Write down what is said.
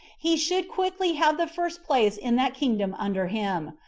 he should quickly have the first place in that kingdom under him,